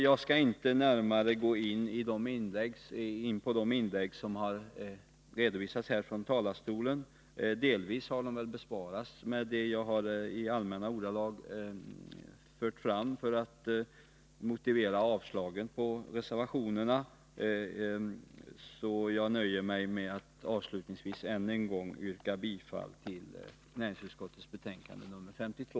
Jag skall inte närmare gå in på de inlägg som redovisats från denna talarstol. De har väl delvis besvarats genom det som jag i allmänna ordalag fört fram som motivering för avstyrkandena av reservationerna. Jag nöjer mig därför med att avslutningsvis ännu en gång yrka bifall till näringsutskottets hemställan i betänkande 52.